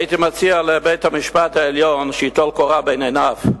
הייתי מציע לבית-המשפט העליון שייטול קורה מבין עיניו.